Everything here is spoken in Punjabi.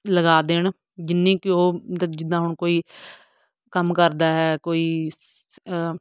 ਲਗਾ ਦੇਣ ਜਿੰਨੀ ਕੁ ਉਹ ਦ ਜਿੱਦਾਂ ਹੁਣ ਕੋਈ ਕੰਮ ਕਰਦਾ ਹੈ ਕੋਈ ਸ